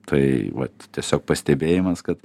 tai vat tiesiog pastebėjimas kad